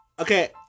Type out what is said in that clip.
Okay